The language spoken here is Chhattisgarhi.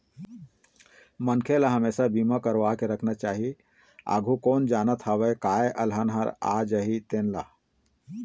मनखे ल हमेसा बीमा करवा के राखना चाही, आघु कोन जानत हवय काय अलहन आ जाही तेन ला